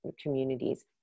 communities